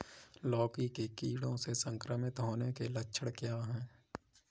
लौकी के कीड़ों से संक्रमित होने के लक्षण क्या हैं?